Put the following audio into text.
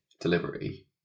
delivery